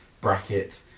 bracket